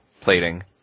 Plating